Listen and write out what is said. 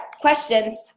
questions